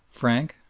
frank,